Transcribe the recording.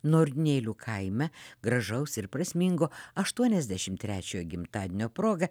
nornėlių kaime gražaus ir prasmingo aštuoniasdešimt trečiojo gimtadienio proga